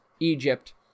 Egypt